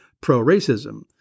pro-racism